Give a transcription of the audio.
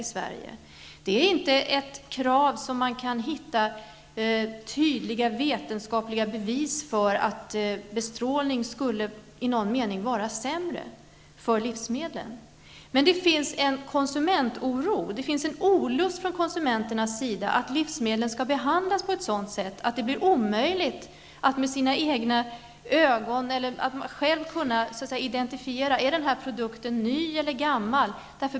Man har inte några tydliga vetenskapliga bevis för att bestrålning skulle i någon mening vara sämre för livsmedlen, men det finns en oro och en olust från konsumenternas sida inför att livsmedlen behandlas på ett sådant sätt att det blir omöjligt att med sina egna ögon eller på annat sätt identifiera om produkten är ny eller gammal.